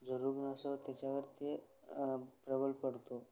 जो रुग्ण असतो त्याच्यावरती प्रबळ पडतो